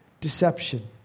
Deception